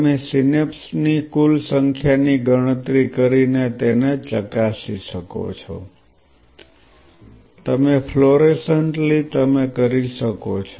તમે સિનેપ્સ ની કુલ સંખ્યાની ગણતરી કરીને તેને ચાકસી શકો છો તમે ફ્લોરોસન્ટલી તમે કરી શકો છો